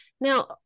Now